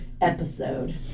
episode